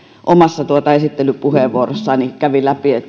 omassa esittelypuheenvuorossaan kävi läpi